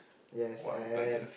yes and